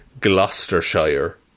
Gloucestershire